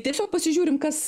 tiesiog pasižiūrim kas